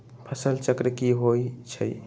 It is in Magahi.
फसल चक्र की होइ छई?